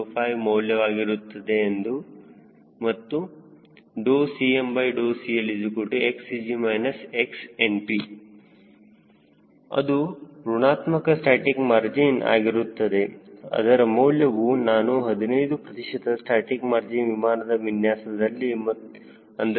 05 ಮೌಲ್ಯವಾಗಿರುತ್ತದೆ ಮತ್ತು CmCLXCG XNP ಅದು ಋಣಾತ್ಮಕ ಸ್ಟಾಸ್ಟಿಕ್ ಮಾರ್ಜಿನ್ ಆಗಿರುತ್ತದೆ ಅದರ ಮೌಲ್ಯವು ನಾನು 15 ಪ್ರತಿಶತ ಸ್ಟಾಸ್ಟಿಕ್ ಮಾರ್ಜಿನ್ ವಿಮಾನದ ವಿನ್ಯಾಸದಲ್ಲಿ ಅಂದರೆ ಮೈನಸ್ 0